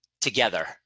together